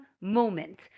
moment